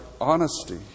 honesty